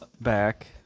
back